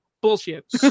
Bullshit